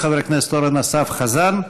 חבר הכנסת אורן אסף חזן,